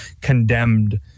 condemned